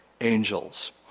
angels